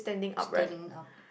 standing up